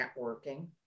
networking